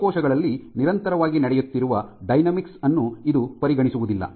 ಜೀವಕೋಶಗಳಲ್ಲಿ ನಿರಂತರವಾಗಿ ನಡೆಯುತ್ತಿರುವ ಡೈನಾಮಿಕ್ಸ್ ಅನ್ನು ಇದು ಪರಿಗಣಿಸುವುದಿಲ್ಲ